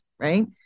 right